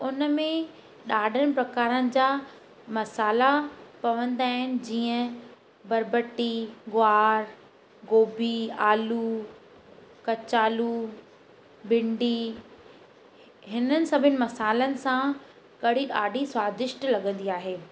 उनमें ॾाढनि प्रकारनि जा मसाला पवंदा आहिनि जीअं बरबटी ग्वार गोभी आलू कचालू भींडी हिननि सभिनि मसालनि सां कढ़ी ॾाढी स्वादिष्ट लॻंदी आहे